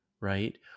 Right